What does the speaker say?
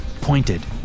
pointed